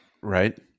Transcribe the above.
right